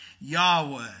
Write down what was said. Yahweh